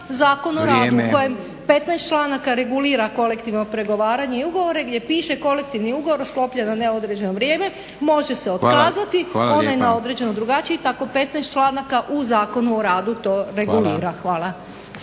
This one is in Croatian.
Zakon o radu u kojem 15 članaka regulira kolektivno pregovaranje i ugovore gdje piše kolektivni ugovor sklopljen na neodređeno vrijeme može se otkazati, onaj na određeno drugačije i tako 15 članaka u Zakonu o radu to regulira. Hvala.